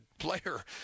player